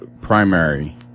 primary